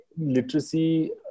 literacy